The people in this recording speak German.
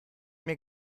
mir